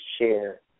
share